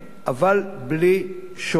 אבל בלי שורשים.